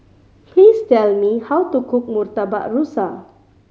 please tell me how to cook Murtabak Rusa